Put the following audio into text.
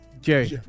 Jerry